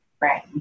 Right